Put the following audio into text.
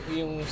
yung